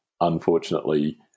unfortunately